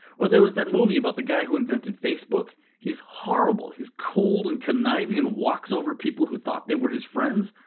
or there was that movie about the guy who invented facebook he's horrible, he's cold and conniving and walks over people who thought they were his friends,